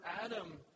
Adam